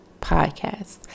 Podcast